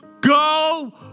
Go